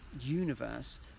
universe